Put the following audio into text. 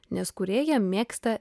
nes kūrėja mėgsta